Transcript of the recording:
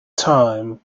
time